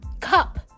cup